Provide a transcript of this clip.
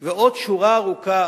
ועוד שורה ארוכה